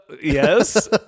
Yes